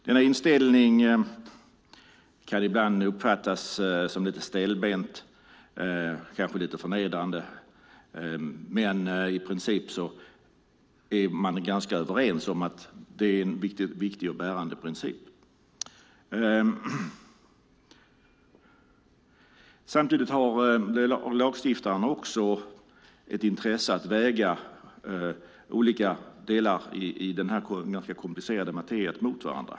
Denna inställning kan ibland uppfattas som lite stelbent och kanske lite förnedrande, men i princip är man ganska överens om att det är en viktig och bärande princip. Samtidigt har lagstiftaren också ett intresse av att väga olika delar av den här ganska komplicerade materian mot varandra.